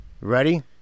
Ready